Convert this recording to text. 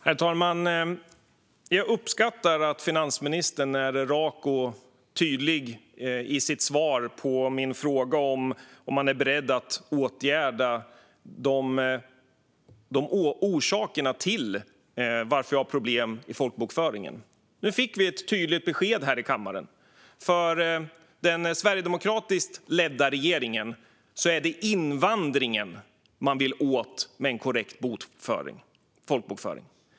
Herr talman! Jag uppskattar att finansministern är rak och tydlig i sitt svar på min fråga om man är beredd att åtgärda orsakerna till att vi har problem med folkbokföringen. Nu fick vi ju ett tydligt besked här i kammaren: För den sverigedemokratiskt ledda regeringen är det invandringen man vill åt med en korrekt folkbokföring.